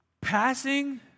passing